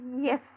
Yes